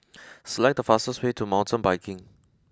select the fastest way to Mountain Biking